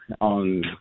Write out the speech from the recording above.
on